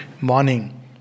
morning